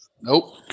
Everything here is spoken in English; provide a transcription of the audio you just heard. Nope